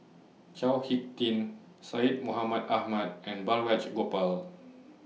Chao Hick Tin Syed Mohamed Ahmed and Balraj Gopal